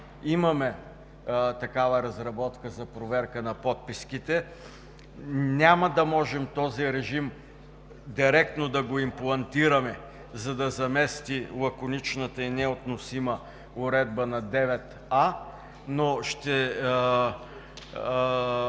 Имаме такава разработка за проверка на подписките. Този режим няма да можем директно да го имплантираме, за да замести лаконичната и неотносима уредба на т. 9а, но ще